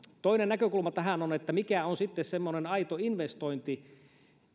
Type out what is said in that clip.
toinen näkökulma tähän on että mikä on sitten semmoinen aito investointi